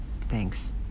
thanks